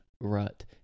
rut